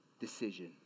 decision